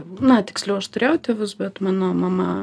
na tiksliau aš turėjau tėvus bet mano mama